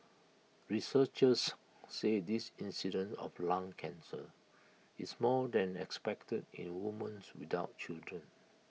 researchers said this incidence of lung cancer is more than expected in women's without children